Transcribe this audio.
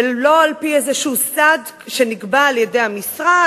ולא על-פי איזה סד שנקבע על-ידי המשרד